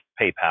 PayPal